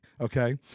Okay